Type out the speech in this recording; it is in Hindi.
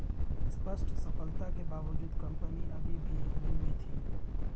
स्पष्ट सफलता के बावजूद कंपनी अभी भी ऋण में थी